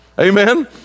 Amen